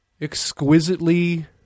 exquisitely